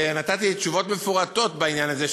ונתתי תשובות מפורטות בעניין הזה,